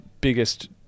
biggest